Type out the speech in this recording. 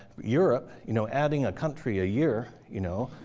europe you know adding a country a year. you know